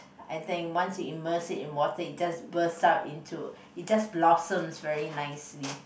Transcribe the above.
I think once you immerse it in water it just burst out into it just blossoms very nicely